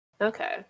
Okay